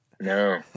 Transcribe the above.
no